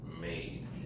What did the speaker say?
made